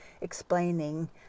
explaining